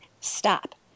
stop